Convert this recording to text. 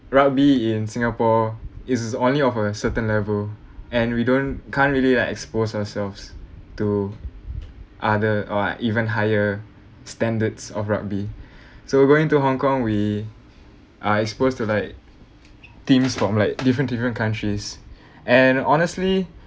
rugby in singapore is only of a certain level and we don't can't really like expose ourselves to other or like even higher standards of rugby so going to Hong-Kong we are exposed to like teams from like different different countries and honestly